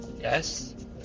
yes